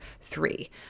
three